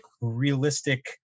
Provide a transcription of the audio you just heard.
realistic